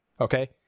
Okay